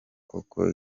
koko